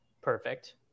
Perfect